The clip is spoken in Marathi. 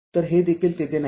तर हे देखील तेथे नाही